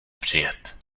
přijet